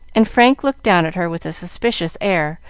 and frank looked down at her with a suspicious air,